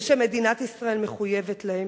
ושמדינת ישראל מחויבת להם.